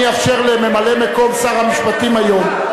אני אאפשר לממלא-מקום שר המשפטים היום,